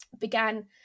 began